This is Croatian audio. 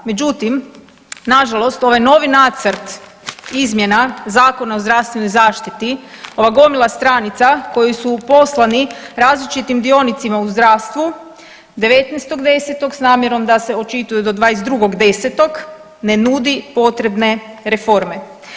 Međutim, nažalost ovaj novi nacrt izmjena Zakona o zdravstvenoj zaštiti, ova gomila stranica koju su poslani različitim dionicima u zdravstvu, 19.10. s namjerom da se očituju do 22.10. ne nudi potrebne reforme.